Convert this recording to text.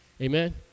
Amen